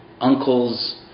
uncles